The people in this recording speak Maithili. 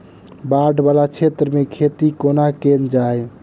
बाढ़ वला क्षेत्र मे खेती कोना कैल जाय?